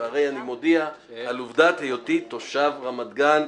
והרי אני מודיע על עובדת היותי תושב רמת גן,